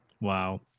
wow